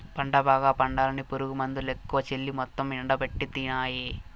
పంట బాగా పండాలని పురుగుమందులెక్కువ చల్లి మొత్తం ఎండబెట్టితినాయే